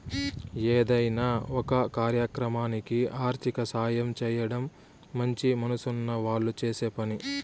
ఏదైనా ఒక కార్యక్రమానికి ఆర్థిక సాయం చేయడం మంచి మనసున్న వాళ్ళు చేసే పని